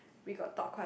we got talk quite a